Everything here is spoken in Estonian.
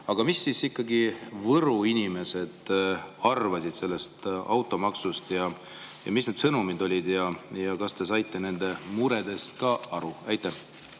Mida siis ikkagi Võru inimesed arvasid sellest automaksust? Mis need sõnumid olid ja kas te saite nende muredest aru? Aitäh!